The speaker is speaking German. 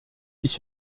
ich